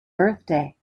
birthday